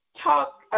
talk